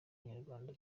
abanyarwanda